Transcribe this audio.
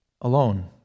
alone